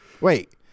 Wait